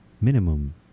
minimum